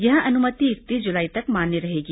यह अनुमति इकतीस जुलाई तक मान्य रहेगी